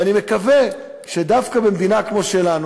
ואני מקווה שדווקא במדינה כמו שלנו,